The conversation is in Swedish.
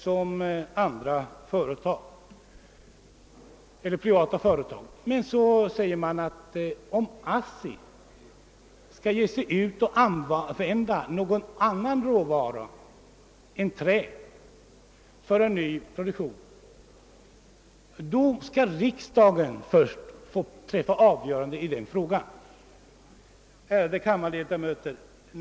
Utskottet säger emellertid att om ASSI:s produktion skall omfatta produktion som grundas på någon annan råvara än trä skall riksdagen först: godkänna detta. Ärade kammarledarhöter!